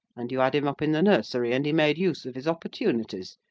and you had him up in the nursery, and he made use of his opportunities,